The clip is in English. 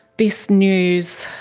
this news